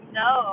no